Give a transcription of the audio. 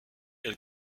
elle